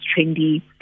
trendy